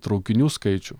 tarukinių skaičių